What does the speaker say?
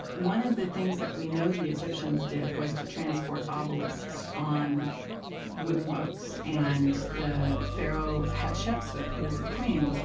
one of the things that we know the egyptians did was to transport obelisks on wooden boats, and the pharaoh hatshepsut who was a queen,